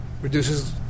reduces